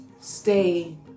stay